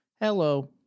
hello